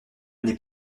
n’est